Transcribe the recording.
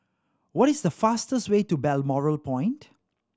what is the fastest way to Balmoral Point